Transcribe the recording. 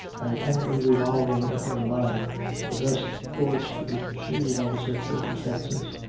and apparently revolving in her mind the best course to be pursued under such circumstances.